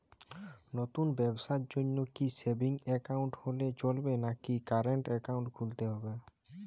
নতুন ব্যবসার জন্যে কি সেভিংস একাউন্ট হলে চলবে নাকি কারেন্ট একাউন্ট খুলতে হবে?